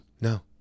No